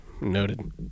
noted